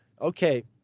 okay